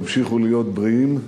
ותמשיכו להיות בריאים,